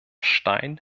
stein